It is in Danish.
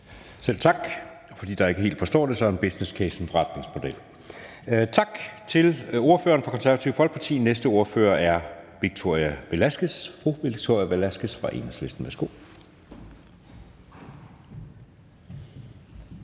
Selv tak. For dem, der ikke helt forstår det, er en businesscase en forretningsmodel. Tak til ordføreren for Det Konservative Folkeparti. Næste ordfører er fru Victoria Velasquez fra Enhedslisten. Værsgo. Kl.